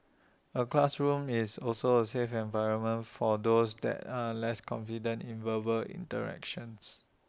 A classroom is also A 'safe' environment for those that are less confident in verbal interactions